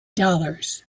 dollars